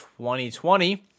2020